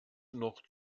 noch